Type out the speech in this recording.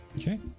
Okay